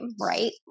right